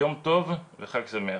יום טוב וחג שמח.